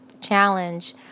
challenge